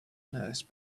nurse